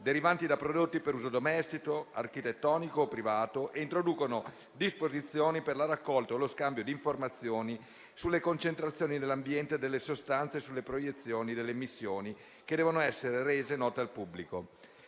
derivanti da prodotti per uso domestico, architettonico o privato e introducono disposizioni per la raccolta o lo scambio di informazioni sulle concentrazioni nell'ambiente delle sostanze e sulle proiezioni delle emissioni che devono essere rese note al pubblico.